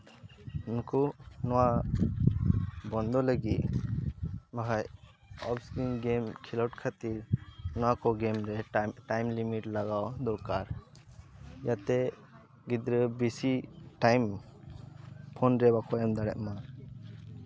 ᱱᱩᱠᱩ ᱱᱚᱣᱟ ᱵᱚᱱᱫᱚ ᱞᱟᱹᱜᱤᱫ ᱵᱟᱠᱷᱟᱡ ᱚᱯᱷᱤᱥᱠᱨᱤᱱ ᱜᱮᱢ ᱠᱷᱮᱞᱳᱰ ᱠᱷᱟᱹᱛᱤᱨ ᱱᱚᱶᱟ ᱠᱚ ᱜᱮᱢ ᱜᱮᱢᱨᱮ ᱴᱟᱭᱤᱢ ᱞᱤᱢᱤᱴ ᱞᱟᱜᱟᱣ ᱫᱚᱨᱠᱟᱨ ᱡᱟᱛᱮ ᱜᱤᱫᱽᱨᱟᱹ ᱵᱮᱥᱤ ᱴᱟᱭᱤᱢ ᱯᱷᱳᱱᱨᱮ ᱵᱟᱠᱚ ᱮᱢ ᱫᱟᱲᱮᱜ ᱢᱟ